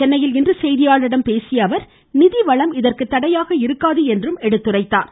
சென்னையில் இன்று செய்தியாளர்களிடம் பேசிய அவர் நிதி வளம் இதற்கு தடையாக இருக்காது என்றும் எடுத்துரைத்தார்